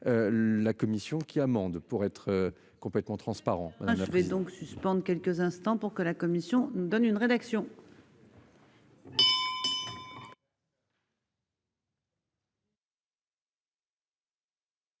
La commission qui amende pour être complètement transparent. Voilà ça fait donc suspendre quelques instants pour que la commission donne une rédaction.